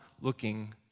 looking